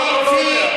או שאתה לא יודע?